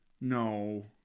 No